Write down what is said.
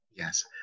Yes